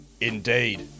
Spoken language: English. Indeed